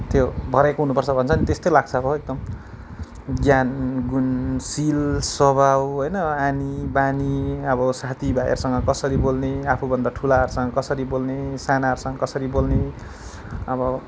त्यो भरेको हुनुपर्छ भन्छ नि त्यस्तै लाग्छ हो एकदम ज्ञान गुण शील स्वभाव होइन आनी बानी अब साथी भाइहरूसँग कसरी बोल्ने आफूभन्दा ठुलाहरूसँग कसरी बोल्ने सानाहरूसँग कसरी बोल्ने अब